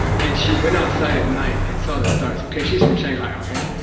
and she went outside at night and saw the stars. okay, she's from shangha okay?